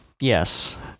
yes